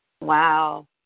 Wow